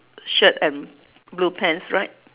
shirt and blue pants right